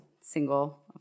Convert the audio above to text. single